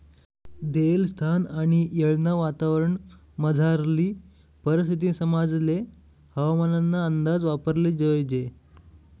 देयेल स्थान आणि येळना वातावरणमझारली परिस्थिती समजाले हवामानना अंदाज वापराले जोयजे